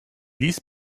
ließ